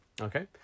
okay